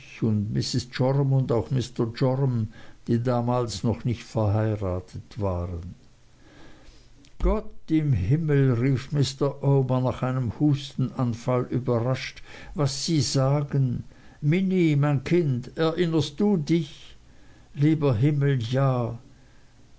und auch mr joram die damals noch nicht verheiratet waren gott im himmel rief mr omer nach einem hustenanfall überrascht was sie sagen minnie mein kind erinnerst du dich lieber himmel ja